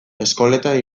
eskoletan